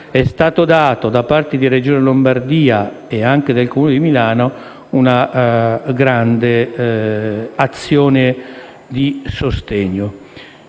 dato dalla Regione Lombardia e anche dal Comune di Milano una grande azione di sostegno.